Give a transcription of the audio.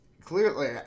clearly